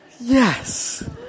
Yes